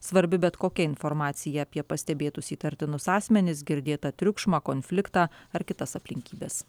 svarbi bet kokia informacija apie pastebėtus įtartinus asmenis girdėtą triukšmą konfliktą ar kitas aplinkybes